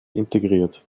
integriert